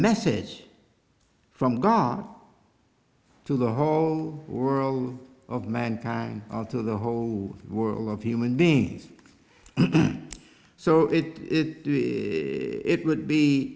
message from god to the whole world of mankind to the whole world of human beings so it it would be